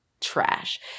trash